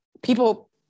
People